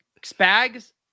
Spags